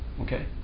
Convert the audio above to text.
Okay